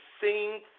seeing